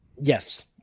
Yes